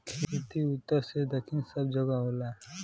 खेती उत्तर से दक्खिन सब जगह होला